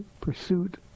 pursuit